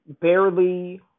barely